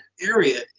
area